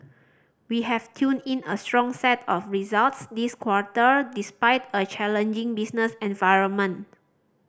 we have turned in a strong set of results this quarter despite a challenging business environment